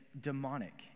demonic